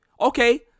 Okay